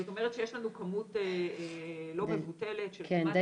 זאת אומרת שיש לנו כמות לא מבוטלת -- כן,